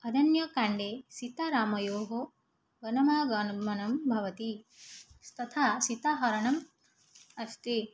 अरण्यकाण्डे सीतारामयोः वनागमनं भवति तथा सीताहरणम् अस्ति